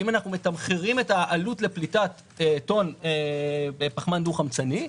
אם אנחנו מתמחרים את העלות לפליטת טון פחמן דו-חמצני,